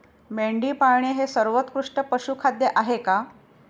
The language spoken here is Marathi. मेंढी पाळणे हे सर्वोत्कृष्ट पशुखाद्य आहे का?